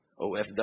OFW